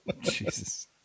Jesus